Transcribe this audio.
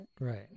right